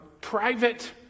private